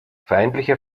feindliche